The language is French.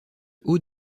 haut